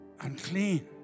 unclean